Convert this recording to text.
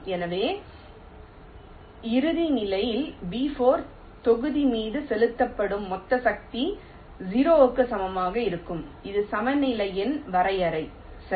எனவே இறுதி நிலையில் B4 தொகுதி மீது செலுத்தப்படும் மொத்த சக்தி 0 க்கு சமமாக இருக்கும் இது சமநிலையின் வரையறை சரி